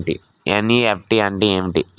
NEFT అంటే ఏమిటి?